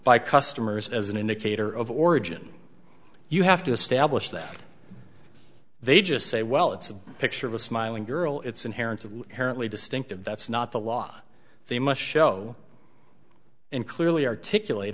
by customers as an indicator of origin you have to establish that they just say well it's a picture of a smiling girl it's inherent and currently distinctive that's not the law they must show and clearly articulate